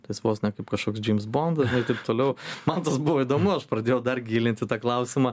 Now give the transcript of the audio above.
tas jis vos ne kaip kažkoks džeims bondas žinai taip toliau man buvo įdomu aš pradėjau dar gilinti tą klausimą